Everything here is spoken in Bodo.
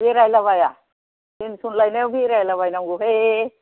बेरायलाबाया पेन्स'न लायनायाव बेरायलाबायनांगौहाय